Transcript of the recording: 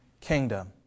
kingdom